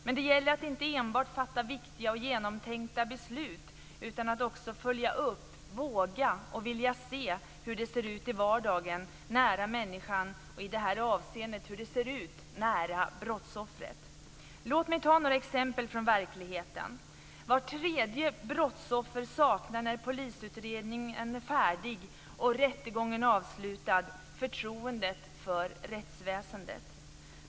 Men det gäller inte enbart att fatta viktiga och genomtänkta beslut utan också att följa upp och att våga och vilja se hur det ser ut i vardagen nära människan, och i det här avseendet hur det ser ut nära brottsoffret. Låt mig ta några exempel från verkligheten. Vart tredje brottsoffer saknar när polisutredningen är färdig och rättegången avslutad förtroende för rättsväsendet.